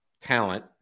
talent